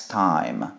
time